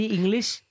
English